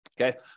Okay